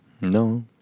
No